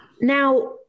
Now